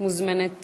את מוזמנת